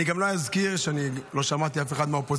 אני גם לא אזכיר שלא שמעתי אף אחד מהאופוזיציה,